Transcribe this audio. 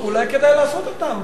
אולי כדאי לעשות אותם,